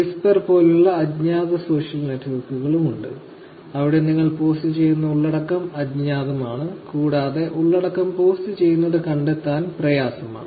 Whisper പോലുള്ള അജ്ഞാത social നെറ്റ്വർക്കുകളും ഉണ്ട് അവിടെ നിങ്ങൾ പോസ്റ്റുചെയ്യുന്ന ഉള്ളടക്കം അജ്ഞാതമാണ് കൂടാതെ ഉള്ളടക്കം പോസ്റ്റുചെയ്യുന്നത് കണ്ടെത്താൻ പ്രയാസമാണ്